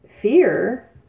fear